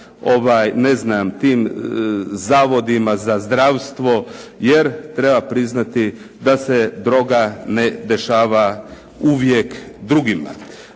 komunama, tim zavodima za zdravstvo. Jer treba priznati da se droga ne dešava uvijek drugima.